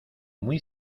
muy